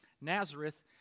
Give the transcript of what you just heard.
Nazareth